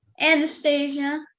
Anastasia